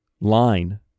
line